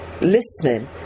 listening